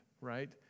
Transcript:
right